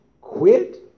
quit